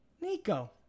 Nico